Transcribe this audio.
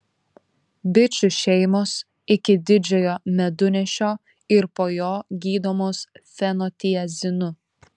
bičių šeimos iki didžiojo medunešio ir po jo gydomos fenotiazinu